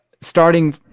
starting